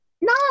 No